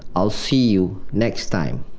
i'll see you next time.